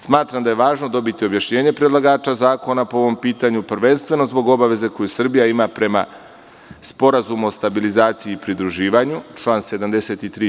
Smatram da je važno dobiti objašnjenje predlagača zakona po ovom pitanju, prvenstveno zbog obaveze koju Srbija ima prema Sporazumu o stabilizaciji i pridruživanju, član 73.